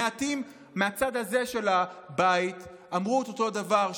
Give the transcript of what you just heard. מעטים מהצד הזה של הבית אמרו את אותו הדבר,